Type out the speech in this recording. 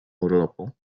urlopu